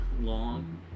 long